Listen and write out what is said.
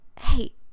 hey